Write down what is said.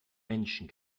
menschen